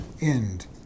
end